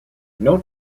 note